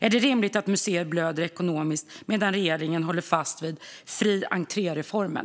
Är det rimligt att museer blöder ekonomiskt medan regeringen håller fast vid fri-entré-reformen?